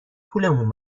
پولمون